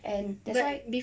and that's why